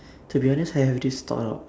to be honest I have this thought out